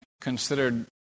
considered